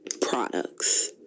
products